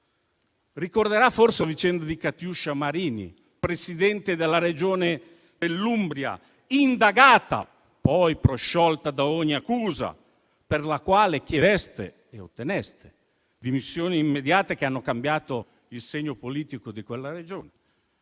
Ricorderà forse la vicenda di Catiuscia Marini, presidente della Regione Umbria, indagata e poi prosciolta da ogni accusa, per la quale chiedeste e otteneste dimissioni immediate, che hanno cambiato il segno politico di quella Regione.